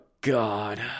God